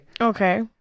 okay